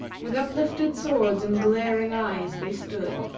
with uplifted swords and glaring eyes they stood,